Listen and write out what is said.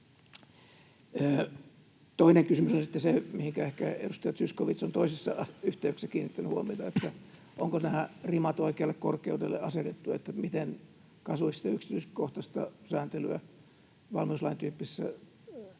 Toinen kysymys on sitten se, mihinkä ehkä edustaja Zyskowicz on toisissa yhteyksissä kiinnittänyt huomiota, että onko nämä rimat asetettu oikealle korkeudelle, miten kasuistista ja yksityiskohtaista sääntelyä valmiuslain tyyppisissä